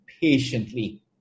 patiently